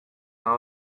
now